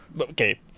Okay